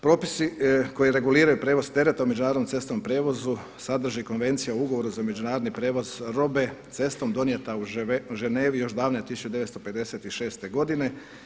Propisi koji reguliraju prijevoz teretom u međunarodnom cestovnom prijevozu sadrži i Konvencija o Ugovoru za međunarodni prijevoz robe cestom donijeta u Ženevi još davne 1956. godine.